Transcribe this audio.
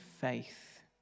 faith